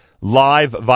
live